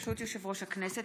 ברשות יושב-ראש הכנסת,